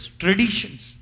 traditions